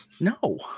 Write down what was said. No